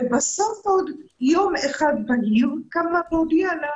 ובסוף עוד, יום בהיר אחד קמה והודיעה לה